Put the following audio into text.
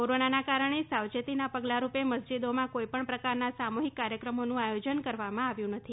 corona નાં કારણે સાવચેતીનાં પગલાંરૂપે મસ્જિદોમાં કોઈપણ પ્રકારના સામૂહિક કાર્યક્રમોનું આયોજન કરવામાં આવ્યું નથી